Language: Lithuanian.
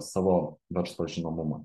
savo verslo žinomumą